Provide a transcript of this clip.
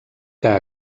que